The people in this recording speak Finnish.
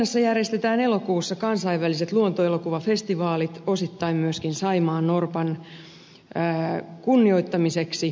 savonlinnassa järjestetään elokuussa kansainväliset luontoelokuvafestivaalit osittain myöskin saimaannorpan kunnioittamiseksi